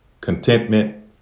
contentment